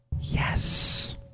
Yes